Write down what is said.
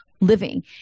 living